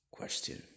question